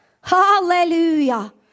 Hallelujah